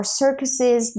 circuses